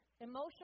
emotional